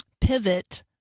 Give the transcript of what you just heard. pivot